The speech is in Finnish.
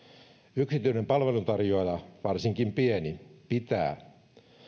yksityinen palveluntarjoaja varsinkin pieni pitää